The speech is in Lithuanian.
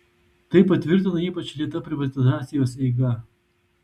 tai patvirtina ypač lėta privatizacijos eiga